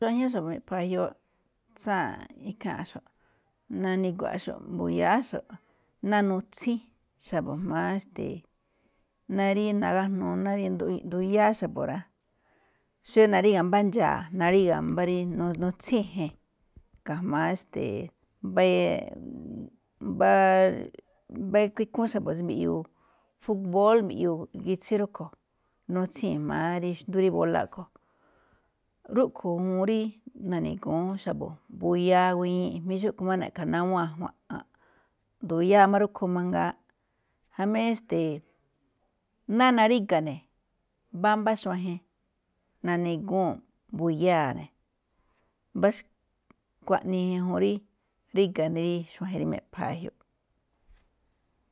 Xuajñúú xa̱bo̱ me̱ꞌpha̱a̱ ge̱jioꞌ, tsáa̱nꞌ ikháa̱nꞌ xo̱ꞌ. Na̱ni̱gua̱ꞌxo̱ꞌ mbu̱ya̱á xo̱ꞌ ná nutsín xa̱bo̱ jma̱á esteeꞌ ná ri nagajnuu, ná rí nd- nduyáá xa̱bo̱ rá. Xí naríga̱ mbá ndxa̱a̱, naríga̱ mbá rí nutsín e̱je̱n ga̱jma̱á esteeꞌ mbá kuíkhúún xa̱bo̱ rí mbiꞌyuu fukbóól mbiꞌyuu gitsí rúꞌkhue̱n, nutsíi̱n jma̱á rí xndú rí bola a̱ꞌkhue̱n. Rúꞌkho̱n juun rí na̱ni̱gúún xa̱bo̱ mbuyáá guíñii jamí xúꞌkhue̱n ma̱ꞌ na̱ꞌkha̱ na̱ awúun ajua̱nꞌ. Nduyáa̱ máꞌ rúꞌkhue̱n mangaa jamí esteeꞌ. Ná naríga̱ ne̱, mbámbá xuajen, na̱ni̱gúu̱nꞌ mbuyáa̱ ne̱, mbá xkuaꞌnii ñajuun rí ríga̱ ná xuajen ná me̱ꞌpha̱a̱ ge̱jioꞌ.